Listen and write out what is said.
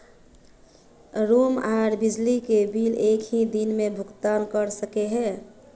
Room आर बिजली के बिल एक हि दिन भुगतान कर सके है?